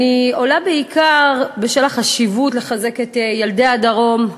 אני עולה בעיקר בשל החשיבות של לחזק את ילדי הדרום,